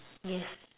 yes